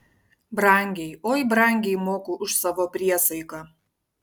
brangiai oi brangiai moku už savo priesaiką